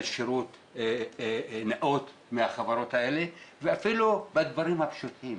שירות נאות מהחברות האלה ואפילו בדברים הפשוטים.